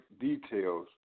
details